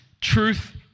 truth